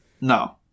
No